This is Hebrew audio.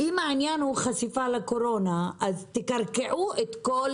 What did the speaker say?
אם העניין הוא חשיפה לקורונה, אז תקרקעו את כל